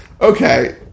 Okay